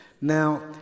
Now